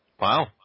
Wow